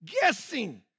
guessing